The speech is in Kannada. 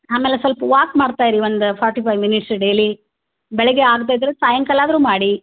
ಆಮೇಲೆ ಸ್ವಲ್ಪ ವಾಕ್ ಮಾಡ್ತಾ ಇರಿ ಒಂದು ಫಾರ್ಟಿ ಫೈವ್ ಮಿನಿಟ್ಸ್ ಡೈಲಿ ಬೆಳಿಗ್ಗೆ ಆಗದೆ ಇದ್ರೆ ಸಾಯಂಕಾಲ ಆದ್ರೂ ಮಾಡಿ